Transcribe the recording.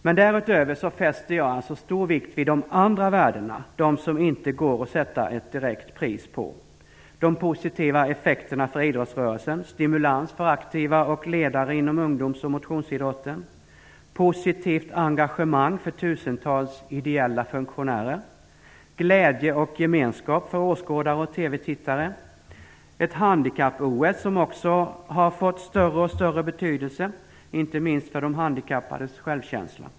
Men därutöver fäster jag alltså stor vikt vid de andra värdena, dvs. de värden som det inte går att sätta ett direkt pris på: De positiva effekterna för idrottsrörelsen - en stimulans för aktiva och ledare inom ungdoms och motionsidrotten. Ett positivt engagemang för tusentals ideella funktionärer. Glädje och gemenskap för åskådare och TV Ett handikapp-OS som också har fått större och större betydelse, inte minst för de handikappades självkänsla.